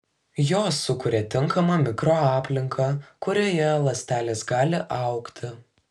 jos sukuria tinkamą mikroaplinką kurioje ląstelės gali augti